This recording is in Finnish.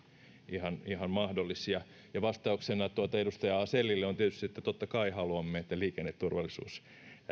ovat molemmat ihan mahdollisia ja vastauksena edustaja asellille on tietysti se että totta kai haluamme että liikenneturvallisuus